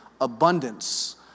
abundance